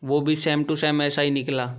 वह भी same to same ऐसा ही निकला